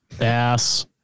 Ass